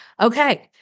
Okay